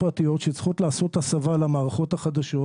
פרטיות שצריכות לעשות הסבה למערכות החדשות,